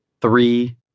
Three